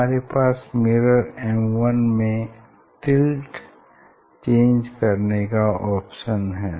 हमारे पास mirror M1 में टिल्ट चेंज करने का ऑप्शन है